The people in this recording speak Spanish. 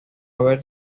haber